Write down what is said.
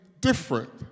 different